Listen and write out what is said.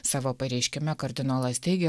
savo pareiškime kardinolas teigė